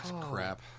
crap